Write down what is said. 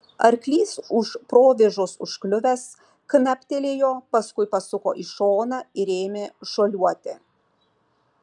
arklys už provėžos užkliuvęs knaptelėjo paskui pasuko į šoną ir ėmę šuoliuoti